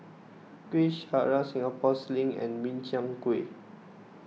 Kuih Syara Singapore Sling and Min Chiang Kueh